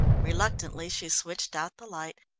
reluctantly she switched out the light.